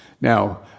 Now